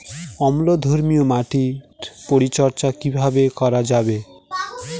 অম্লধর্মীয় মাটির পরিচর্যা কিভাবে করা যাবে?